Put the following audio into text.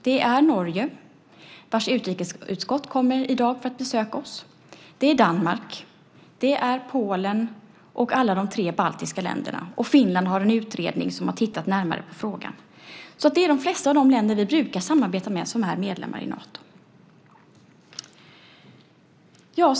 Det är Norge, vars utrikesutskott kommer för att besöka oss i dag. Det är Danmark. Det är Polen och alla de tre baltiska länderna. Finland har en utredning som har tittat närmare på frågan. De flesta av de länder som vi brukar samarbeta med är medlemmar i Nato.